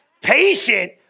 Patient